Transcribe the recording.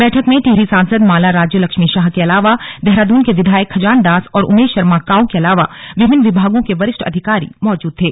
बैठक में टिहप्री सांसद माला राज्य लक्ष्मी शाह के अलावा देहरादून के विधायक खंजान दास और उमेश शर्मा काऊ के अलावा विभिन्न विभागों के वरिष्ठ अधिकारी मौजूद थे